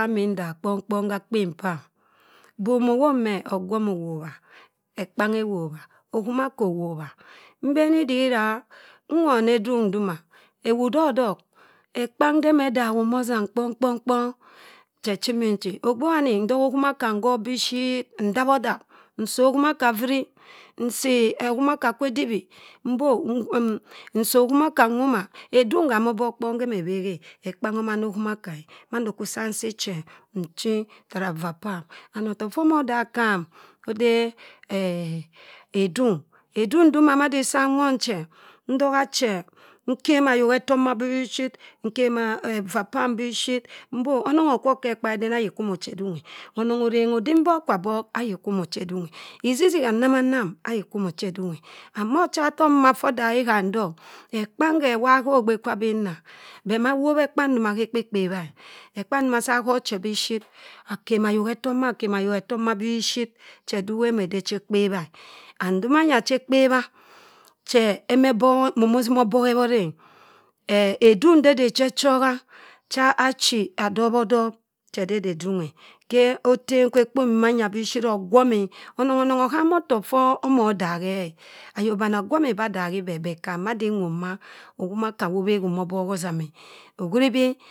Faa mindah kọng kọng gha akpen pam. Ibom owop mẹ e, ọgwọọmi owobha. Ekpang ewobra. okhima aka owobha. Nbeni di iraa nwoni edung ndoma, ewu dọk dọk ekpang do ẹmẹ daghum azam kọng- kpọng. che chimi'nchi. Ogbe wani otogha okhimoka nkhok bishit. ndap-odap. Nsii okhimaka frui. Nsii okhimaka kwe edible, mbok. Nsi okhimaka nwoma. Edung ham ọbọk kpongẹnẹ bhẹ ekpang ọmana okhim-aka e. Mando kwa nsi che e. Nchi yara vaa pam. And ọtọk ffa ọmọ dak gham ode eh edung. Edung ndoma madi sa nwọn chẹ ntọgha che nkem ayok etọma bishit, nkema vaa pam bishit. Mbi o, ọnọng ọkwọp ke ekaraden mbẹ ayi kwu mochi edung e. Ọnọng orengha odim-loọk, ikwabọk ayi kwu mo cha edung e isisiha nnamamam ayi kwu mọ chi edung e. And mọ ọchatọkffa odahi gham dọk ẹkpang wobha no ogbe kwabinna bẹ ma wọbha ẹkpang ndoma khẹ ekpe kpebha e. Ekpang ndoma si ahugh che bishit. akema ayok etemma akema ayok etomma bishit etomma akema ayok etomma bishit che di iwa ene de cha ekpebha e. And ndomanya cha ekpebha che eme bọhọ, min mo otima ọbọhẹbhọrr e. Edung de ede chẹ ẹchọgha cha achi adọbhọdọp che di ede edung e. Khẹ otem kwa ekpo mbo manya biishit. Ogwọmi ọnọng-ọnọng ohama ọtọk faa omo daghọ e. Ayok bani agwọmi ba adaghibe but kham madi nwop ma akhimoka wor obhehi ọbọk ozame, ohuri bi